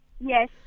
Yes